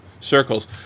circles